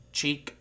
cheek